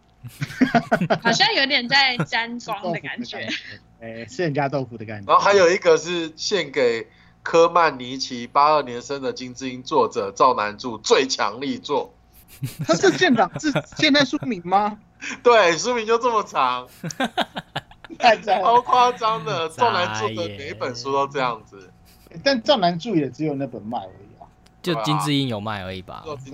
好像有点在沾光的感觉。 吃豆腐的感觉，哎，吃人家豆腐的感觉。然后还有一个是献给科曼尼奇，八二年生的金智英作者赵南柱最强力作。 他是建党- 是现在书名吗？ 对，书名就这么长。 太夸张了。 超夸张的，赵 赞耶。南柱的每一本书都这样子。 但赵南柱也只有那本卖而已啊。对啊。就金智英有卖而已吧。对-